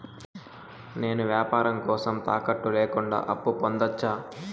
నేను వ్యాపారం కోసం తాకట్టు లేకుండా అప్పు పొందొచ్చా?